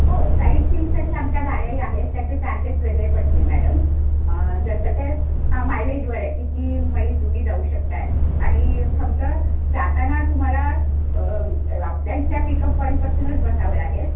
हो साईटसिंइंगसाठी आमच्या गाड्याही आहेत त्याचे चार्जेस वेगळे पडतील मॅडम जसं ते हां मायलेजवर आहे कीती मैल तुम्ही जाऊ शकत आहे आणि फक्त जाताना तुम्हाला आपल्या इथल्या पिकअप पॉईंटपासूनच बसावं लागेल